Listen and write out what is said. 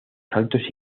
saltos